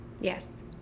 Yes